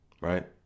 Right